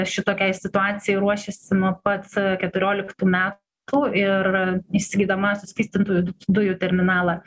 šitokiai situacijai ruošiasi nuo pat keturioliktų metų ir įsigydama suskystintųjų dujų terminalą